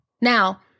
Now